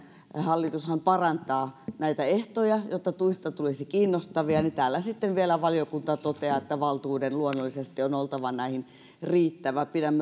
hallitushan parantaa näitä ehtoja jotta tuista tulisi kiinnostavia niin täällä sitten vielä valiokunta toteaa että valtuuden luonnollisesti on oltava näihin riittävä pidän